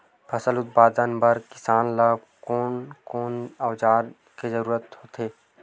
फसल उत्पादन बर किसान ला कोन कोन औजार के जरूरत होथे?